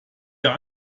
der